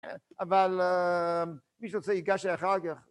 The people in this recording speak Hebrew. אבל מי שרוצה ייגש אלי אחר כך.